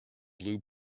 blue